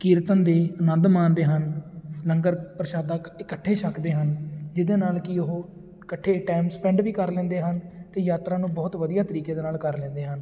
ਕੀਰਤਨ ਦੇ ਆਨੰਦ ਮਾਣਦੇ ਹਨ ਲੰਗਰ ਪ੍ਰਸ਼ਾਦਾ ਇਕੱਠੇ ਛੱਕਦੇ ਹਨ ਜਿਹਦੇ ਨਾਲ ਕਿ ਉਹ ਇਕੱਠੇ ਟਾਈਮ ਸਪੈਂਡ ਵੀ ਕਰ ਲੈਂਦੇ ਹਨ ਅਤੇ ਯਾਤਰਾ ਨੂੰ ਬਹੁਤ ਵਧੀਆ ਤਰੀਕੇ ਦੇ ਨਾਲ ਕਰ ਲੈਂਦੇ ਹਨ